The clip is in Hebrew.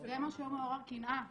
זה מה שמעורר קנאה.